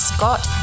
Scott